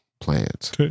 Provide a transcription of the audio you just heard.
plans